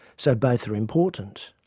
so both are important.